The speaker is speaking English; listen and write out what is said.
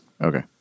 Okay